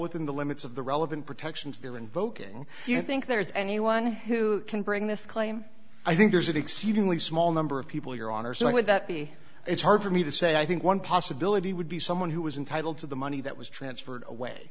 within the limits of the relevant protections there invoking do you think there's anyone who can bring this claim i think there's an exceedingly small number of people your honor so would that be it's hard for me to say i think one possibility would be someone who was entitle to the money that was transferred away